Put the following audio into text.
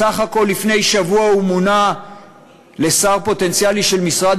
בסך הכול לפני שבוע הוא מונה לשר פוטנציאלי של משרד